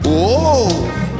Whoa